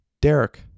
Derek